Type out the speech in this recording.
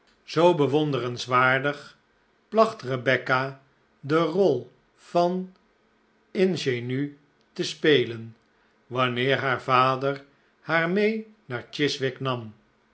zoo bewonderenswaardig placht rebecca de rol van ingenue te spelen wanneer haar vader haar mee naar chiswick nam